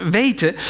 weten